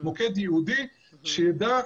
מוקד ייעודי שיידע.